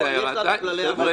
יש לנו כללי עבודה.